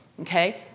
Okay